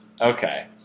Okay